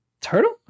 turtle